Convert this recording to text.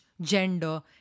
gender